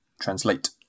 translate